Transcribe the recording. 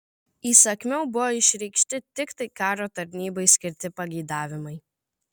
įsakmiau buvo išreikšti tiktai karo tarnybai skirti pageidavimai